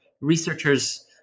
researchers